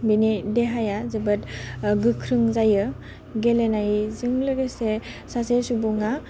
बिनि देहाया जोबोद गोख्रों जायो गेलेनायजों लोगोसे सासे सुबुङा